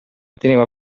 teneva